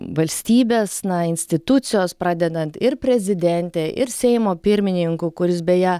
valstybės na institucijos pradedant ir prezidente ir seimo pirmininku kuris beje